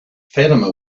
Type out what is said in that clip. fatima